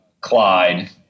Clyde